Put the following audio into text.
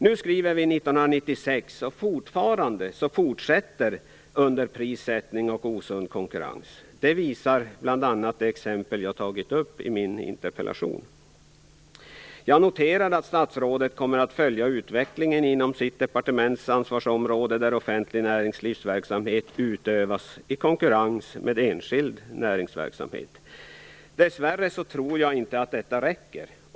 Nu skriver vi 1996 och fortfarande förekommer underprissättning och osund konkurrens. Det visar bl.a. det exempel som jag har tagit upp i min interpellation. Jag noterade att statsrådet kommer att följa utvecklingen inom sitt departements ansvarsområde, där offentlig näringslivsverksamhet utövas i konkurrens med enskild näringsverksamhet. Dess värre tror jag inte att detta räcker.